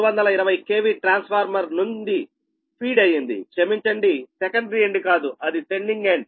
8 220 KV transformer నుండి feed అయ్యింది క్షమించండి సెకండరీ ఎండ్ కాదు అది సెండింగ్ ఎండ్